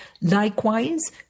Likewise